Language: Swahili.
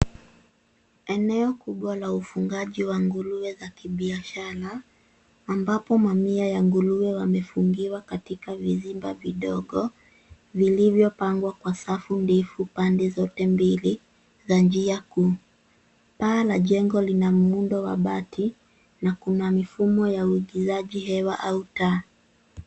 Eneo kubwa la ufugaji wa nguruwe za kibiashara. Ambapo mamia ya nguruwe wamefungiwa katika vizimba vidogo, vilivyopangwa kwa safu ndefu pande zote mbili za njia kuu. Paa la jengo lina muundo wa bati na kuna mifumo ya uingizaji hewa au taa.